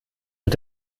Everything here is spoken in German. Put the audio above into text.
mit